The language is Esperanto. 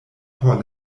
por